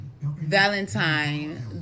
Valentine